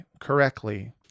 correctly